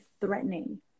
threatening